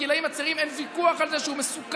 בגילים הצעירים אין ויכוח על זה שהוא מסוכן,